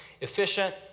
efficient